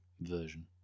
version